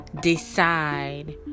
decide